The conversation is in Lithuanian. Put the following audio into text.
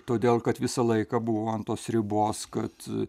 todėl kad visą laiką buvau ant tos ribos kad